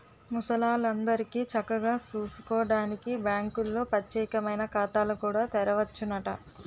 ముసలాల్లందరికీ చక్కగా సూసుకోడానికి బాంకుల్లో పచ్చేకమైన ఖాతాలు కూడా తెరవచ్చునట